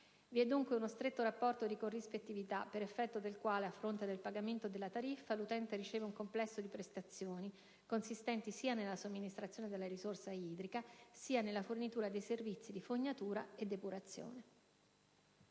Vi è dunque uno stretto rapporto di corrispettività, per effetto del quale, a fronte del pagamento della tariffa, l'utente riceve un complesso di prestazioni, consistenti sia nella somministrazione della risorsa idrica, sia nella fornitura dei servizi di fognatura e depurazione.